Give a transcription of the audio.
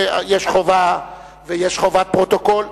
שיש חובה ויש חובת פרוטוקול.